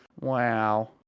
Wow